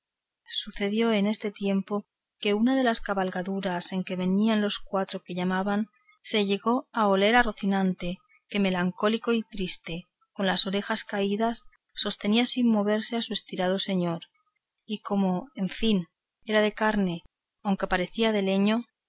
sucedió en este tiempo que una de las cabalgaduras en que venían los cuatro que llamaban se llegó a oler a rocinante que melancólico y triste con las orejas caídas sostenía sin moverse a su estirado señor y como en fin era de carne aunque parecía de leño